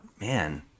man